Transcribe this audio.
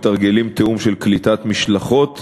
מתרגלים תיאום של קליטת משלחות.